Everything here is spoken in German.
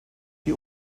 die